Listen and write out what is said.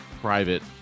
private